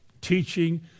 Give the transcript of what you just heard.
teaching